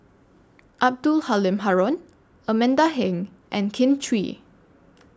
Abdul Halim Haron Amanda Heng and Kin Chui